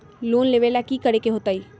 Loan लेवेला की करेके होतई?